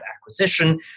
acquisition